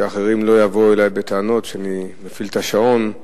שאחרים לא יבואו אלי בטענות שאני מפעיל את השעון.